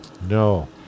no